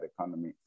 economy